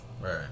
Right